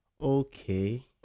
okay